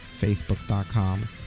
facebook.com